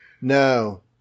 No